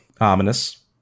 Ominous